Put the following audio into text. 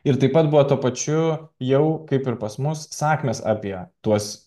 ir taip pat buvo tuo pačiu jau kaip ir pas mus sakmės apie tuos